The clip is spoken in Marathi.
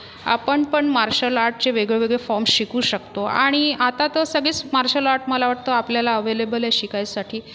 आपण पण मार्शल आर्टचे वेगवेगळे फॉर्म शिकू शकतो आणि आता तर सगळेच मार्शल आर्टस् मला वाटतं आपल्याला अवैलबल आहे शिकायसाठी